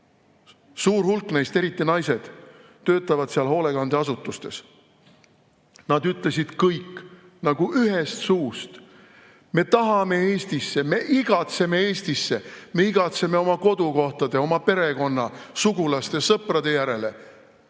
Suur hulk neist, eriti naised, töötavad seal hoolekandeasutustes. Nad ütlesid kõik nagu ühest suust: "Me tahame Eestisse, me igatseme Eestisse, me igatseme oma kodukoha, oma perekonna, sugulaste ja sõprade järele.